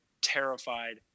terrified